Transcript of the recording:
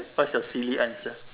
what is your silly answer